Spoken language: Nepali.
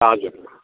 हजुर